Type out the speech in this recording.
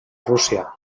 rússia